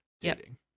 dating